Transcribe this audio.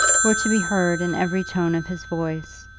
were to be heard in every tone of his voice,